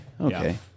okay